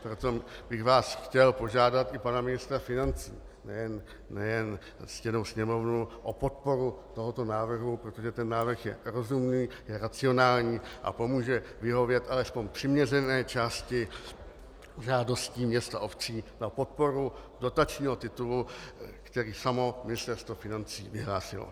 Proto bych vás chtěl požádat, i pana ministra financí, nejen ctěnou Sněmovnu, o podporu tohoto návrhu, protože je rozumný, je racionální a pomůže vyhovět alespoň přiměřené části žádostí měst a obcí na podporu dotačního titulu, který samo Ministerstvo financí vyhlásilo.